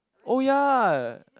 oh ya